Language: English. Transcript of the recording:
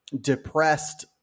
depressed